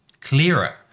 clearer